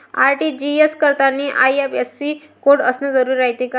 RTGS करतांनी IFSC code असन जरुरी रायते का?